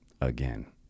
again